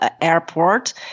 Airport